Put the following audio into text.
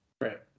Right